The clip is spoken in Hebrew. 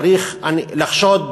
צריך לחשוד